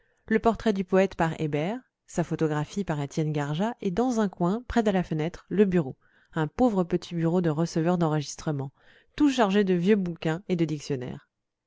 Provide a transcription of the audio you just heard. le portrait du poète par hébert sa photographie par etienne carjat et dans un coin près de la fenêtre le bureau un pauvre petit bureau de receveur d'enregistrement tout chargé de vieux bouquins et de dictionnaires